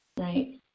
right